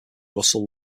russell